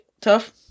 tough